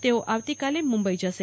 તેઓ આવતીકાલે મુંબઈ જશે